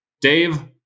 Dave